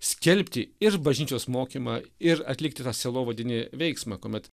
skelbti ir bažnyčios mokymą ir atlikti tą sielovadinį veiksmą kuomet